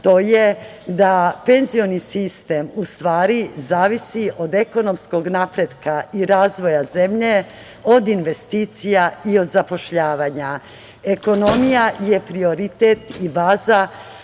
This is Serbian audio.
to je da penzioni sistem u stvari zavisi od ekonomskog napretka i razvoja zemlje, od investicija i od zapošljavanja. Ekonomija je prioritet i baza,